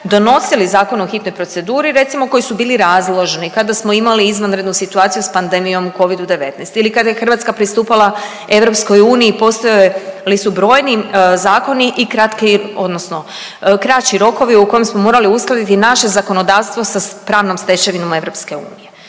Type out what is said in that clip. donosili zakon u hitnoj proceduri recimo koji su bili razložni, kada smo imali izvanrednu situaciju s pandemijom u covidu-19 ili kada je Hrvatska pristupala EU postojali su brojni zakoni i kratki odnosno kraći rokovi u kojima smo morali uskladiti naše zakonodavstvo sa pravnom stečevinom EU i